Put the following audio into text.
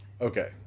Okay